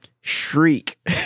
shriek